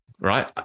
right